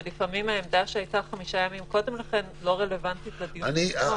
ולפעמים העמדה שהייתה חמישה ימים קודם לכן לא רלוונטית לדיון עצמו.